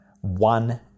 one